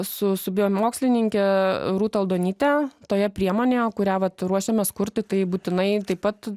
su su biomokslininke rūta aldonyte toje priemonėje kurią vat ruošiamės kurti tai būtinai taip pat